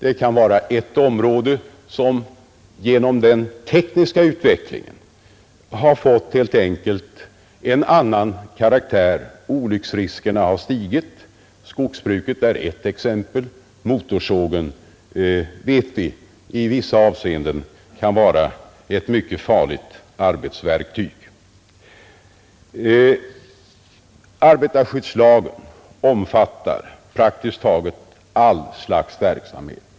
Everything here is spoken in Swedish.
Ett område kan på grund av den tekniska utvecklingen helt enkelt ha fått en annan karaktär och olycksfallsriskerna kan ha ökat. Skogsbruket är ett exempel härpå — vi vet att motorsågen i vissa avseenden kan vara ett mycket farligt arbetsverktyg. Arbetarskyddslagen omfattar praktiskt taget all verksamhet.